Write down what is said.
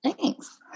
thanks